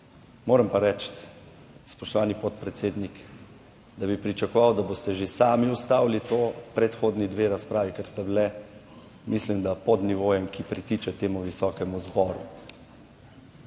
moram pa reči, spoštovani podpredsednik, da bi pričakoval, da boste že sami ustavili to predhodni dve razpravi, ker sta le, mislim da pod nivojem, ki pritiče temu visokemu zboru.